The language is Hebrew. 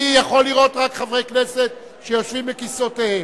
אני יכול לראות רק חברי כנסת שיושבים בכיסאותיהם.